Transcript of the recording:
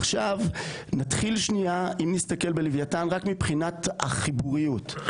אם נסתכל בלווייתן רק מבחינת החיבוריות,